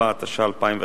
4) (תיקון מס' 2), התשע"א 2011,